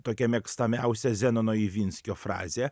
tokią mėgstamiausią zenono ivinskio frazę